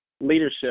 Leadership